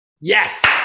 Yes